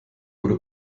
wurde